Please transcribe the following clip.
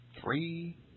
three